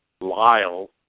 Lyle